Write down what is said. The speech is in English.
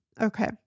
Okay